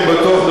אני בטוח,